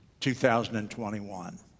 2021